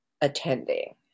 attending